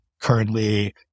currently